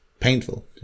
painful